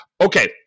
Okay